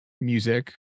music